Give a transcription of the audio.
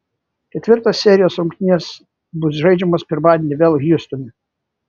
ketvirtos serijos rungtynės bus žaidžiamos pirmadienį vėl hjustone